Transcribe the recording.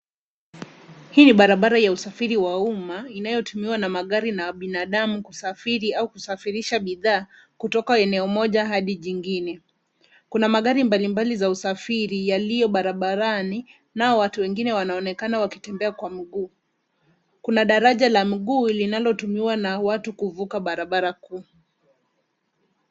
Hii ni barabara ya usafiri wa umma inayotumia na magari na binadamu kusafiri au kusafirisha bidhaa kutoka eneo moja hadi jingine. Kuna magari mbalimbali za usafiri yaliyo barabarani nao watu wengine wanaonekana wakitembea kwa mguu. Kuna daraja la mguu linalotumiwa na watu kuvuka barabara kuu.